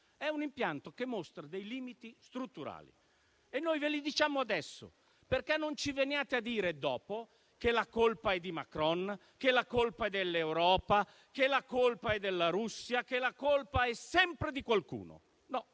di regia mostra dei limiti strutturali. E noi ve li diciamo adesso, perché non veniate a dirci dopo che la colpa è di Macron, che la colpa è dell'Europa, che la colpa è della Russia, che la colpa è sempre di qualcun